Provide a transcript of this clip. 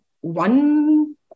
one